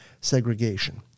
segregation